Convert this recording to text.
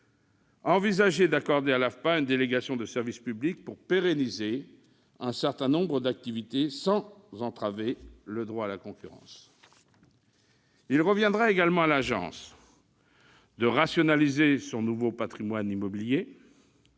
envisager d'accorder à l'AFPA une délégation de service public pour pérenniser un certain nombre d'activités, sans entraver le droit à la concurrence. Il reviendra également à l'Agence de rationaliser son nouveau patrimoine immobilier,